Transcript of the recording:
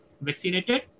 vaccinated